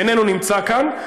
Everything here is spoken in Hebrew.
שאיננו נמצא כאן,